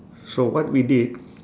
so what we did